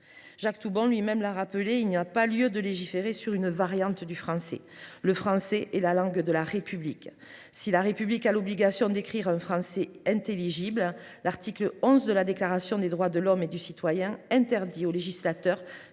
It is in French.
Jacques Toubon l’a rappelé : il n’y a pas lieu de légiférer sur une variante du français. Le français est la langue de la République. Si la République a l’obligation d’écrire un français intelligible, l’article XI de la Déclaration des droits de l’homme et du citoyen interdit au législateur